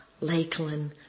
Lakeland